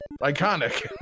Iconic